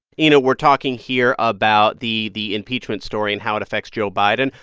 you know, we're talking here about the the impeachment story and how it affects joe biden.